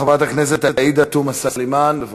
חברת הכנסת עאידה תומא סלימאן, בבקשה.